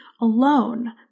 alone